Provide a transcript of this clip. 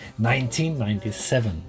1997